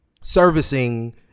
servicing